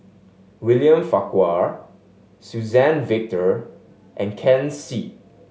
William Farquhar Suzann Victor and Ken Seet